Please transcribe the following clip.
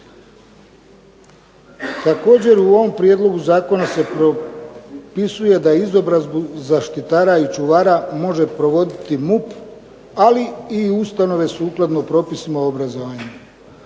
Također u ovom prijedlogu zakona se propisuje da izobrazbu zaštitara i čuvara može provoditi MUP, ali i ustanove sukladno propisima o obrazovanju.